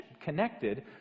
connected